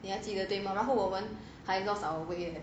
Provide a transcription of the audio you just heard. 你还记得对吗然后我们还有 lost our way